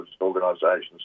organisations